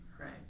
Right